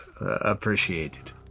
appreciated